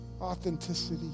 authenticity